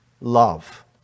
love